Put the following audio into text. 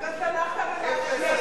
תמכת במענקים.